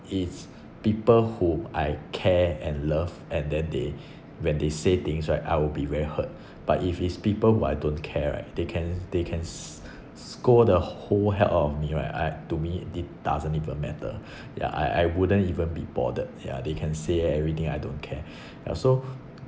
it's people whom I care and love at then they when they say things right I will be very hurt but if it's people who I don't care right they can they can s~ scold the whole hell out of me right I to me it doesn't even matter yeah I I wouldn't even be bothered ya they can say everything I don't care ya so